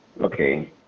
Okay